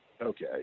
Okay